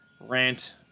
rant